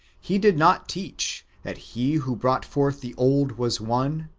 he did not teach that he who brought forth the old was one,